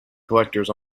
collectors